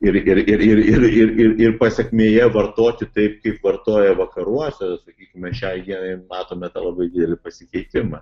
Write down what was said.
ir ir ir ir ir ir pasekmėje vartoti taip kaip vartoja vakaruose sakykime šiai dienai matome tą labai didelį pasikeitimą